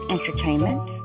Entertainment